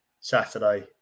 Saturday